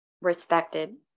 respected